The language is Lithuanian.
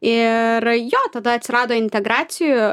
ir jo tada atsirado integracijų